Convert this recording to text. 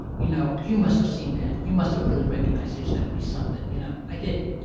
you know you must have seen that. you must have really recognized he was gonna be something' you know? i didn't.